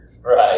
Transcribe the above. right